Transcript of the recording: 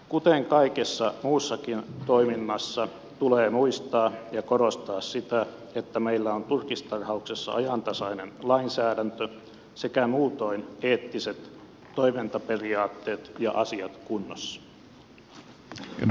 kuten kaikessa muussakin toiminnassa tulee muistaa ja korostaa sitä että meillä on turkistarhauksessa ajantasainen lainsäädäntö sekä muutoin eettiset toimintaperiaatteet ja asiat kunnossa